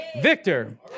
Victor